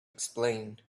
explain